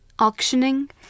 auctioning